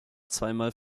zweimal